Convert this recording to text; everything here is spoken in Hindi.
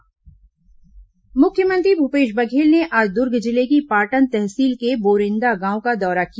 मुख्यमंत्री पाटन दौरा मुख्यमंत्री भूपेश बघेल ने आज दुर्ग जिले की पाटन तहसील के बोरेन्दा गांव का दौरा किया